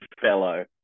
fellow